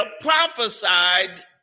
prophesied